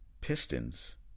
Pistons